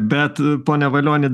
bet pone valioni